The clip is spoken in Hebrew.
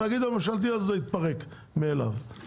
התאגיד הממשלתי הזה יתפרק מאליו.